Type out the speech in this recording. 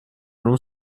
non